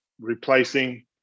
replacing